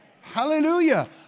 Hallelujah